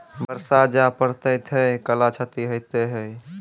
बरसा जा पढ़ते थे कला क्षति हेतै है?